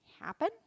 happen